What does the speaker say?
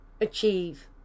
achieve